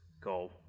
go